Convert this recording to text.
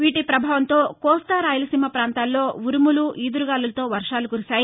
వీటి పభావంతో కోస్తా రాయలసీమ ప్రాంతాల్లో ఉరుములు ఈదురుగాలులతోకూడిన వర్షాలు కురిశాయి